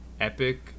Epic